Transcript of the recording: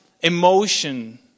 emotion